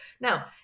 now